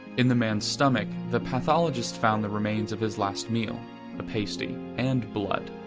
in the man's stomach, the pathologist found the remains of his last meal a pasty and blood.